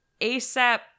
ASAP